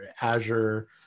Azure